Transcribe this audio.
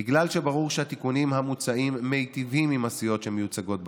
בגלל שברור שהתיקונים המוצעים מיטיבים עם הסיעות שמיוצגות בכנסת,